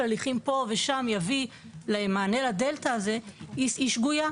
הליכי פה ושם יביאו למענה לדלתא הזאת היא שגויה.